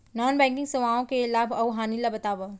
non banking सेवाओं के लाभ अऊ हानि ला बतावव